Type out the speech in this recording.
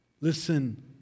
Listen